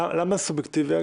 למה סובייקטיבי?